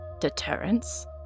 Deterrence